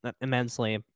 immensely